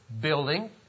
building